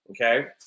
Okay